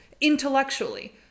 Intellectually